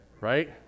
Right